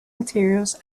materials